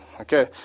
Okay